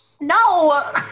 No